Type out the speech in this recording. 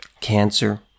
cancer